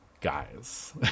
guys